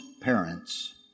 parents